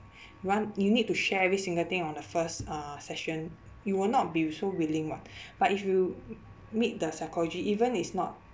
you want you need to share every single thing on the first uh session you will not be so willing [what] but if you meet the psychologist even is not